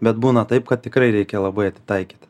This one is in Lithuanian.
bet būna taip kad tikrai reikia labai atitaikyt